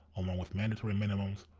along with mandatory minimums,